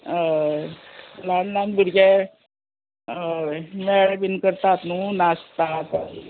हय ल्हान ल्हान भुरगे हय मेळ बीन करतात न्हू नाचतात